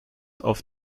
auf